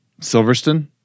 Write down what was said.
Silverstone